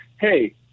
hey